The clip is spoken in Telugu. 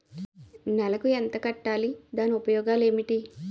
నెలకు ఎంత కట్టాలి? దాని ఉపయోగాలు ఏమిటి?